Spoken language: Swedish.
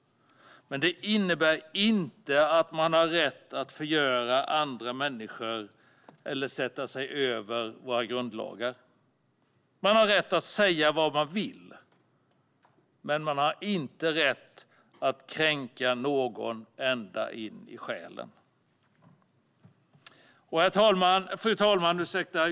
Men det innebär inte att man har rätt att förgöra andra människor eller sätta sig över våra grundlagar. Man har rätt att säga vad man vill, men man har inte rätt att kränka någon ända in i själen. Fru talman!